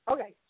Okay